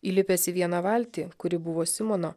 įlipęs į vieną valtį kuri buvo simono